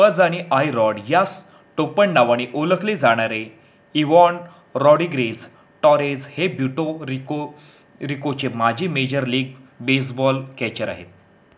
Pudge आणि I Rod या टोपण नावाने ओळखले जाणारे इवॉन रॉडीग्रेस टॉरेज हे ब्युटोरिको रिकोचे माजी मेजर लीग बेसबॉल कॅचर आहेत